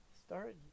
Start